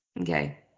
Okay